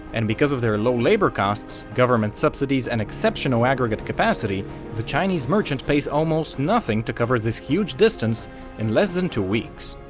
and because of their low labor cost, government subsidies and exceptional aggregate capacity the chinese merchant pays almost nothing to cover this huge distance in less than two weeks.